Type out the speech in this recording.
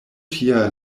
tia